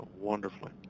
wonderfully